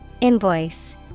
Invoice